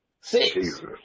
Six